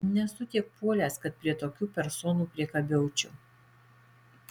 nesu tiek puolęs kad prie tokių personų priekabiaučiau